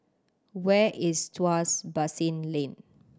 where is Tuas Basin Lane